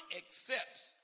accepts